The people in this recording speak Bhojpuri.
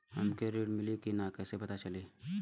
हमके ऋण मिली कि ना कैसे पता चली?